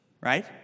right